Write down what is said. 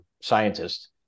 scientist